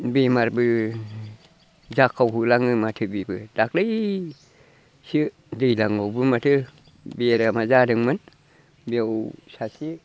बेमारबो जाखाव होलाङो माथो बेबो दाख्लैसो दैज्लाङावबो माथो बेरामा जादोंमोन बेव सासे